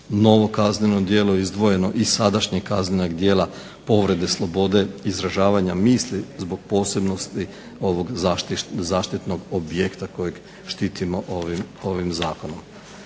novo kazneno djelo izdvojeno iz sadašnjeg kaznenog djela povrede slobode izražavanja misli zbog posebnosti ovog zaštitnog objekta kojeg štitimo ovim zakonom.